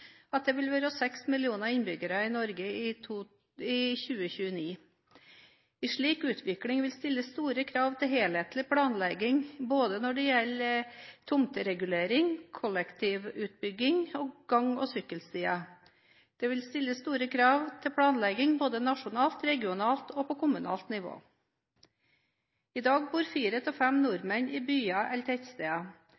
at det vil være seks millioner innbyggere i Norge i 2029. En slik utvikling vil stille store krav til helhetlig planlegging både når det gjelder tomteregulering, kollektivutbygging og gang- og sykkelstier. Det vil stilles store krav til planlegging både nasjonalt, regionalt og på kommunalt nivå. I dag bor fire av fem